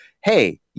hey